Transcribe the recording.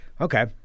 Okay